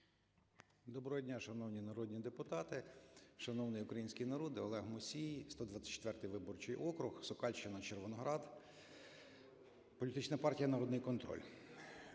Доброго дня, шановні народні депутати, шановний український народе! Олег Мусій, 124-й виборчий округ, Сокальщина, Червоноград, Політична партія "Народний контроль".